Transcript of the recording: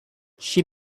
she